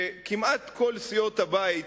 כמעט כל סיעות הבית,